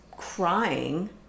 crying